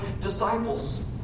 disciples